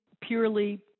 purely